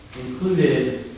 included